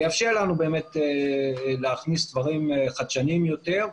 מאפשר לנו באמת להכניס דברים חדשניים יותר.